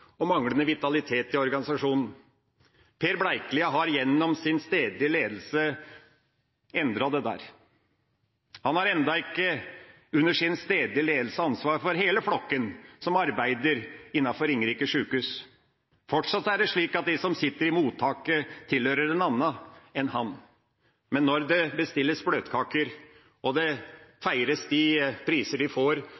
og manglende vitalitet i organisasjonen. Per Bleikelia har gjennom sin stedlige ledelse endret dette. Han har enda ikke, under sin stedlige ledelse, ansvar for hele flokken som arbeider innenfor Ringerike sykehus. Fortsatt er det slik at de som sitter i mottaket, tilhører en annen. Men når det bestilles bløtkaker og